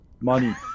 Money